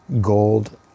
gold